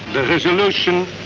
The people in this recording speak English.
the resolution